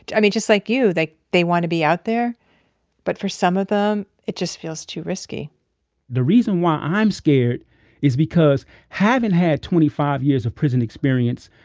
i mean, just like you, they they want to be out there but for some of them, it just feels too risky the reason why i'm scared is because having had twenty five years of prison experience,